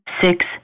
six